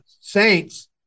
Saints